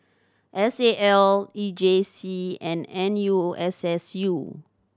S A L E J C and N U S S U